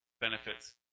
benefits